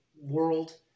World